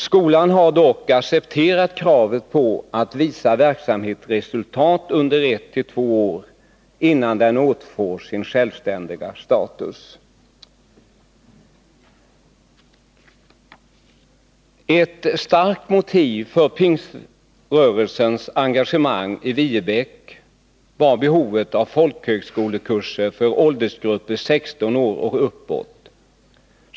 Skolan har dock accepterat kravet på att visa verksamhetsresultat under ett å två år innan den återfår sin självständiga status. Ett starkt motiv för Pingströrelsens engagemang i Viebäck var behovet av folkhögskolekurser för åldersgruppen 16 år och uppåt.